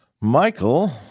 Michael